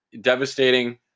devastating